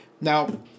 Now